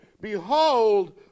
Behold